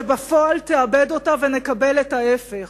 ובפועל תאבד אותה ונקבל את ההיפך.